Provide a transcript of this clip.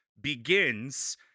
begins